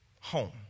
home